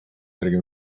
järgi